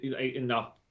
enough